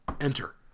enter